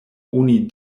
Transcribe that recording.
oni